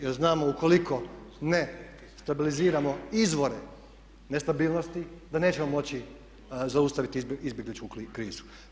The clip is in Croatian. Jer znamo ukoliko ne stabiliziramo izvore nestabilnosti da nećemo moći zaustaviti izbjegličku krizu.